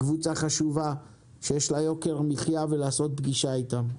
קבוצה חשובה שיש לה יוקר מחיה, ולעשות פגישה איתם.